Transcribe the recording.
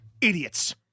Idiots